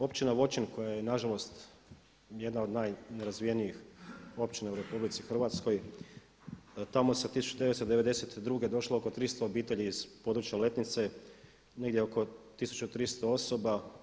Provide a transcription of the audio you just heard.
Općina Voćin koja je nažalost jedna od najnerazvijenijih općina u RH tamo se 1992. došlo oko 300 obitelji iz područja Letnice, negdje oko 1300 osoba.